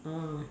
ah